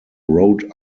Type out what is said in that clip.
rhode